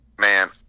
Man